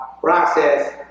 process